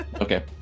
Okay